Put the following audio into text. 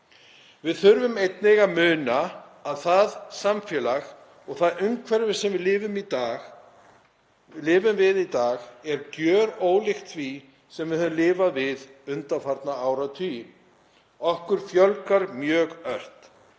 Við þurfum einnig að muna að það samfélag og það umhverfi sem við lifum við í dag er gjörólíkt því sem við höfum lifað við undanfarna áratugi. Okkur fjölgar mjög ört,